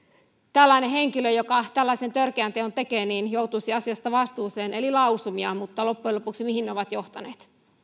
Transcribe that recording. tällainen henkilö joka tällaisen törkeän teon tekee joutuisi asiasta vastuuseen lausumia mutta loppujen lopuksi mihin ne ovat johtaneet